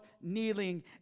kneeling